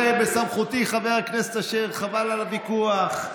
זה בסמכותי, חבר הכנסת אשר, חבל על הוויכוח.